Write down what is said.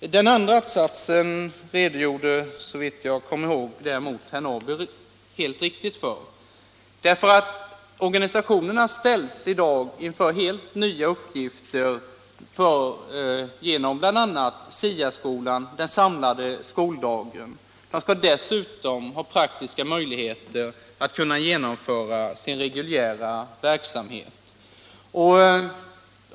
För den andra att-satsen redogjorde herr Norrby — såvitt jag kommer ihåg — helt riktigt. Organisationerna kommer att ställas inför helt nya uppgifter, bl.a. genom förslagen i SIA-utredningen om den samlade skoldagen. De skall dessutom ha praktiska möjligheter att genomföra sin reguljära verksamhet.